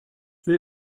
will